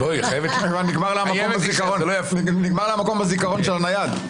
נגמר לה המקום בזיכרון של הנייד.